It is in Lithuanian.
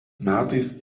metais